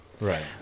Right